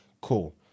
Cool